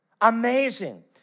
Amazing